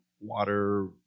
water